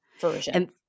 Version